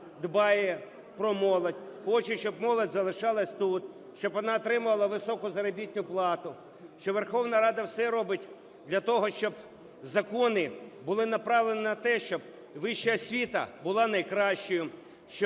дбає про молодь, хоче, щоб молодь залишалась тут, щоб вона отримувала високу заробітну плату, що Верховна Рада все робить для того, щоб закони були направлені на те, щоб вища освіта була найкращою,